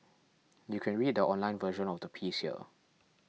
you can read the online version of the piece here